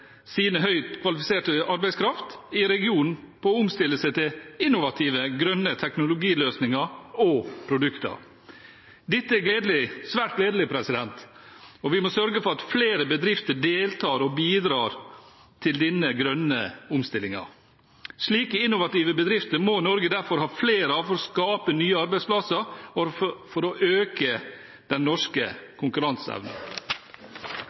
høyt kvalifiserte arbeidskraft i regionen på å omstille seg til innovative, grønne teknologiløsninger og produkter. Dette er svært gledelig, og vi må sørge for at flere bedrifter deltar og bidrar til denne grønne omstillingen. Slike innovative bedrifter må Norge derfor ha flere av for å skape nye arbeidsplasser og for å øke den norske konkurranseevnen.